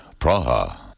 Praha